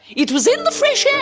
it was in the fresh air.